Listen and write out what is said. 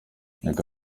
reka